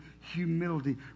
humility